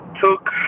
took